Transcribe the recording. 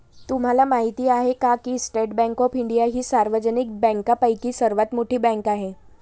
तुम्हाला माहिती आहे का की स्टेट बँक ऑफ इंडिया ही सार्वजनिक बँकांपैकी सर्वात मोठी बँक आहे